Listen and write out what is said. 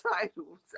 titles